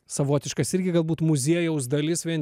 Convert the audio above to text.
savotiškas irgi galbūt muziejaus dalis vien